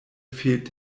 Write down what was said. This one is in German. fehlt